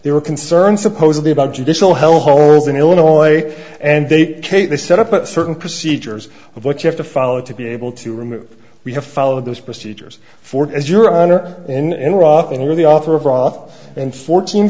they were concerned supposedly about judicial hellholes in illinois and they they set up a certain procedures of what you have to follow to be able to remove we have followed those procedures for as your honor in iraq and you're the author of rauf and fourteen